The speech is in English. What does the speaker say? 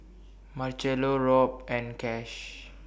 Marchello Robb and Cash